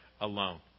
alone